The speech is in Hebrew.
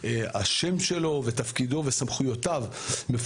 לפקח יש סמכויות נרחבות